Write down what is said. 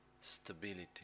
stability